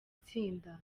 tsinda